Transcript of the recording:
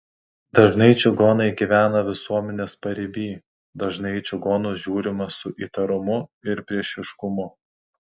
dažnai čigonai gyvena visuomenės pariby dažnai į čigonus žiūrima su įtarumu ir priešiškumu